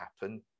happen